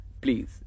Please